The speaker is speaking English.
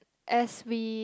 as we